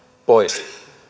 pois